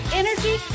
energy